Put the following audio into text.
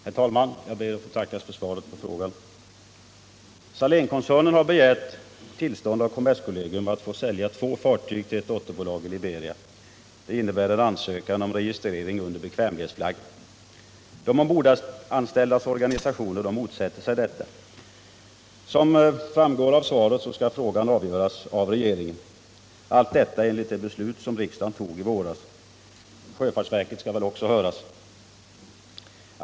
Herr talman! Jag ber att få tacka kommunikationsministern för svaret på min fråga. Salénkoncernen har begärt tillstånd av kommerskollegium att sälja två fartyg till ett dotterbolag i Liberia. Det innebär ansökan om registrering under bekvämlighetsflagg. De ombordanställdas organisationer motsätter sig detta. Som framgår av svaret skall frågan avgöras av regeringen — allt detta enligt det beslut som riksdagen tog i våras. Sjöfartsverket skall väl också höras.